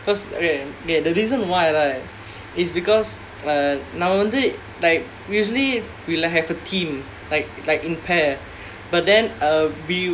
because okay the reason why right is because uh நான் வந்து:naan vandhu like usually we will have a team like like in pair but then uh we